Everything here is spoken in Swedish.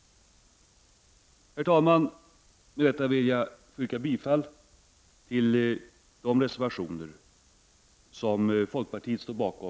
Herr talman! Med det anförda vill jag yrka bifall till de reservationer i detta betänkandet som folkpartiet står bakom.